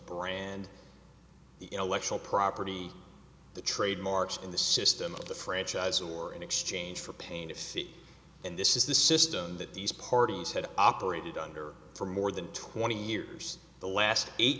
intellectual property the trademarks in the system of the franchise or in exchange for pain if and this is the system that these parties had operated under for more than twenty years the last eight